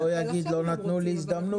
לא יגיד לא נתנו לי הזדמנות.